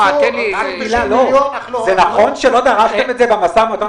זה נכון שלא דרשתם את זה במשא ומתן הקואליציוני?